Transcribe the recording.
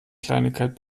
kleinigkeit